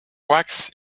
wax